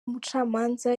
umucamanza